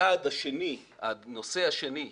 הנושא השני.